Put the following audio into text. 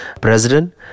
president